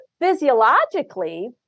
physiologically